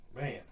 man